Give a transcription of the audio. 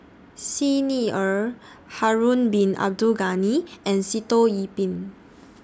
Xi Ni Er Harun Bin Abdul Ghani and Sitoh Yih Pin